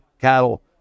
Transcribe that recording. cattle